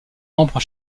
membres